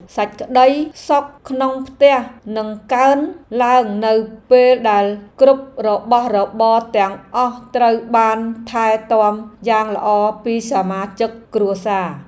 សេចក្ដីសុខក្នុងផ្ទះនឹងកើនឡើងនៅពេលដែលគ្រប់របស់របរទាំងអស់ត្រូវបានថែទាំយ៉ាងល្អពីសមាជិកគ្រួសារ។